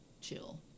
chill